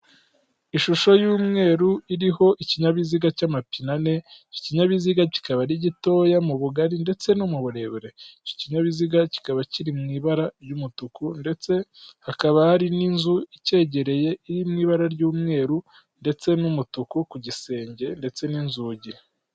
Ishusho y'umweru iriho ikinyabiziga cy'amapine ane, iki kinyabiziga kikaba ari gitoya mu bugari ndetse no mu burebure, iki kinyabiziga kikaba kiri mu ibara ry'umutuku ndetse hakaba hari n'inzu icyegereye iri mu ibara ry'umweru ndetse n'umutuku ku gisenge ndetse n'inzugi.